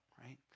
right